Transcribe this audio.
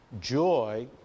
joy